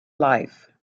life